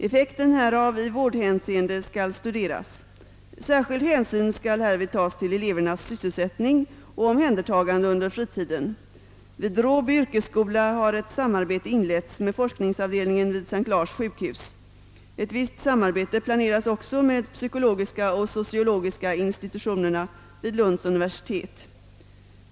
Effekten härav i vårdhänseende skall studeras. Särskild hänsyn skall härvid tas till elevernas sysselsättning och omhändertagande under fritiden. Vid Råby yrkesskola har ett samarbete inletts med forskningsavdelningen vid S:t Lars sjukhus. Ett visst samarbete planeras också med psykologiska och sociologiska institutionerna vid Lunds universitet.